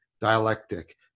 dialectic